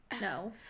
no